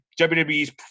WWE's